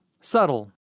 Subtle